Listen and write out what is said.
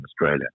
Australia